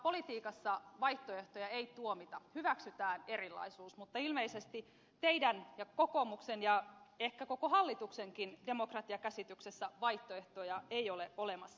politiikassa vaihtoehtoja ei tuomita hyväksytään erilaisuus mutta ilmeisesti teidän ja kokoomuksen ja ehkä koko hallituksenkin demokratiakäsityksessä vaihtoehtoja ei ole olemassa